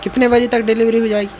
कितने बजे तक डिलीवरी हो जाएगी